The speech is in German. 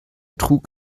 trug